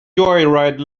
joyride